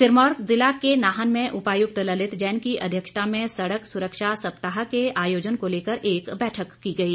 सिरमौर जिला के नाहन में उपायुक्त ललित जैन की अध्यक्षता में सड़क सुरक्षा सप्ताह के आयोजन को लेकर एक बैठक की गई